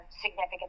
significant